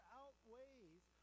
outweighs